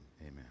amen